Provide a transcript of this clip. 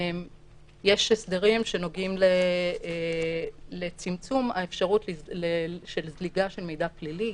יש הסדרים שנוגעים לצמצום האפשרות של זליגה של מידע פלילי.